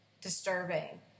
disturbing